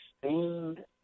sustained